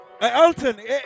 Elton